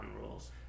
rules